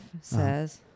says